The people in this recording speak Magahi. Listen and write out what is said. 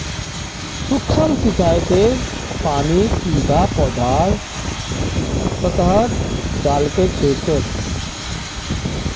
सूक्ष्म सिंचाईत पानीक सीधा पौधार सतहत डा ल छेक